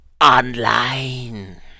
online